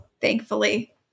thankfully